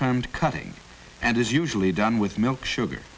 termed cutting and is usually done with milk sugar